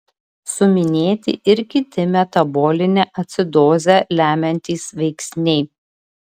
suminėti ir kiti metabolinę acidozę lemiantys veiksniai